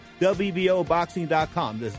wboboxing.com